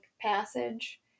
passage